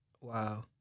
Wow